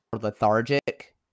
lethargic